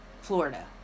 Florida